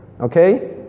Okay